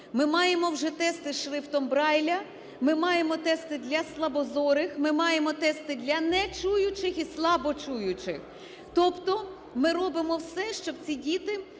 Ми маємо вже тексти з шрифтом Брайля, ми маємо тести для слабозорих, ми маємо тексти для нечуючих і слабочуючих, тобто ми робимо все, щоб ці діти